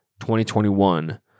2021